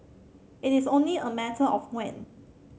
it is only a matter of when